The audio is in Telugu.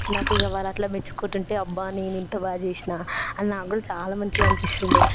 నాకు ఇంక వాళ్ళు అలా మెచ్చుకుంటుంటే అబ్బా నేను ఇంత బాగా చేసిన అని నాకు కూడా చాలా మంచిగా అనిపిస్తుండే